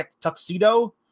tuxedo